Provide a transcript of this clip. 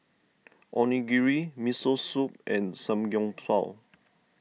Onigiri Miso Soup and Samgyeopsal